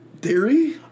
theory